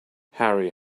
harry